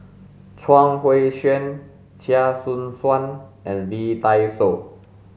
Chuang Hui Tsuan Chia Choo Suan and Lee Dai Soh